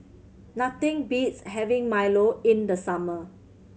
nothing beats having milo in the summer